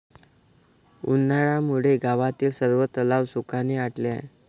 उन्हामुळे गावातील सर्व तलाव सुखाने आटले आहेत